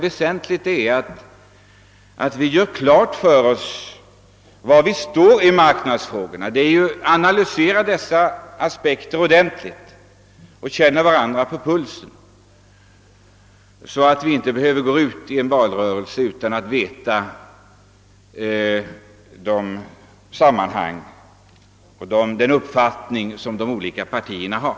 Väsentligt är att vi gör klart för oss vilken ställning vi bör inta i marknadsfrågorna, att vi analyserar dessa aspekter ordentligt och känner varandra på pulsen, så att vi inte går ut i valrörelsen utan att känna till vilken uppfattning de olika partierna intar.